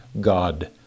God